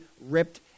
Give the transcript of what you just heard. ripped